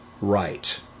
right